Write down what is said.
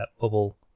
bubble